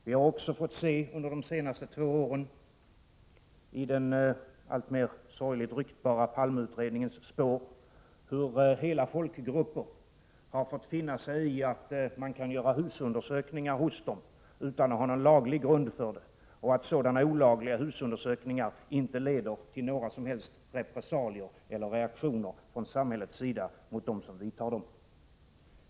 Vi har under de senaste två åren, i den alltmer sorgligt ryktbara Palmeutredningens spår, sett hur hela folkgrupper har fått finna sig i att man kan göra husundersökningar hos dem utan att ha någon laglig grund för det, och att sådana olagliga husundersökningar inte leder till några som helst repressalier eller reaktioner från samhällets sida mot dem som vidtar dessa undersökningar.